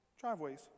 driveways